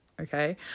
Okay